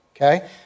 okay